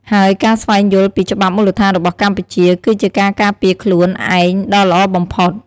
ហើយការស្វែងយល់ពីច្បាប់មូលដ្ឋានរបស់កម្ពុជា គឺជាការការពារខ្លួនឯងដ៏ល្អបំផុត។